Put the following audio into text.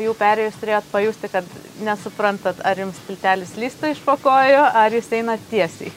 jau perėjus turėjot pajusti kad nesuprantat ar jums plytelės slysta iš po kojų ar jūs einat tiesiai